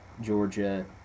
Georgia